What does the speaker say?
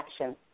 action